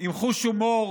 עם חוש הומור